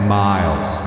miles